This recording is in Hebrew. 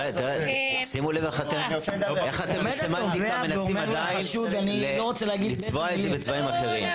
תשימו לב איך אתם בסמנטיקה מנסים עדיין לצבוע את זה בצבעים אחרים.